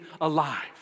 alive